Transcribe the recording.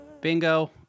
bingo